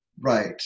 right